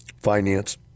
finance